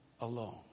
alone